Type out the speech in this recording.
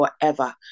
forever